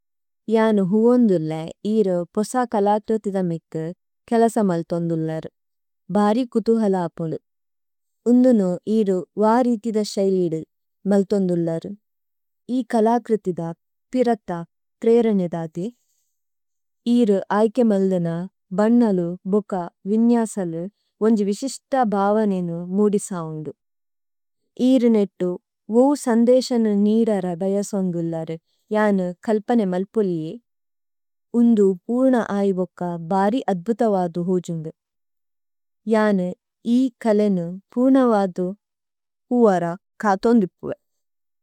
യാന് ഹുഓന്ദുലേ ഈരു പോസ കലക്രുഥിദ മിത്ഥു കലസ മല്ഥോന്ദുല്ലരു। ഭാരി കുഥു ഹലപുലു। ഉന്ദുനു ഈരു വാരിഥിദ ശയിദു മല്ഥോന്ദുല്ലരു। ഇ കലക്രുഥിദ പിരഥ പ്രഏരനേ ദദി। ഈരു ഐകേ മല്ദന ബന്നലു, ബുക, വിന്യസലു, ഓന്ജി വിസിസ്ത ബവനേനു മുദിസവുന്ദു। ഈരു നേതു ഉ സന്ദേസന നിദര ബയസുന്ദുല്ലരു। യാന് കല്പനേ മല്പുലി। ഉന്ദു ഊന ഐവുക ബാരി അദ്വുതവദു ഹോജുന്ദു। യാന് ഇ കലേനു ഊനവദു ഹുഅര കഥോന്ദുപു।